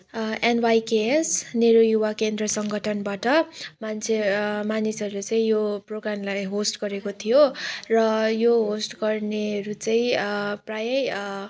NYKS Nehru Yuva Kendra सङ्गठनबाट मान्छे मानिसहरूले चाहिँ यो प्रोग्रामलाई होस्ट गरेको थियो र यो होस्ट गर्नेहरू चाहिँ प्रायै